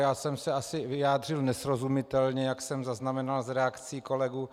Já jsem se asi vyjádřil nesrozumitelně, jak jsem zaznamenal z reakcí kolegů.